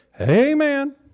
Amen